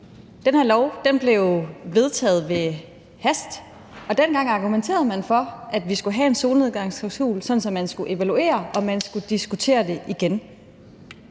Den her lov blev vedtaget med hast, og dengang argumenterede man for, at vi skulle have en solnedgangsklausul, sådan at man skulle evaluere og diskutere det igen.